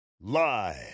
Live